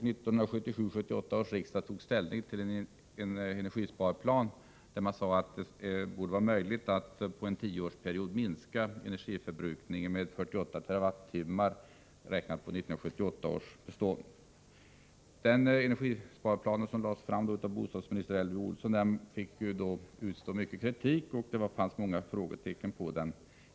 Riksdagen tog 1977/78 ställning till en energisparplan, där det sades att det borde vara möjligt att under en tioårsperiod minska energiförbrukningen med 48 terawattimmar räknat på 1978 års bestånd. Denna energiplan, som lades fram av bostadsminister Elvy Olsson, fick utstå mycken kritik, och det uppsattes många frågetecken inför den.